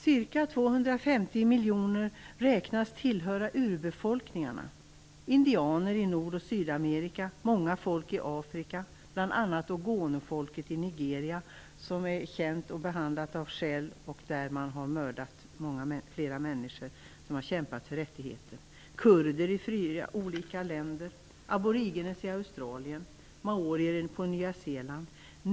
Ca 250 miljoner människor beräknas tillhöra urbefolkningarna: indianer i Nord och Sydamerika, många folk i Afrika - bl.a. ogonifolket i Nigeria, som är känt av det skälet att man har mördat människor som kämpat för rättigheter - kurder i fyra olika länder, aboriginer i Australien och maorier på Nya Zeeland.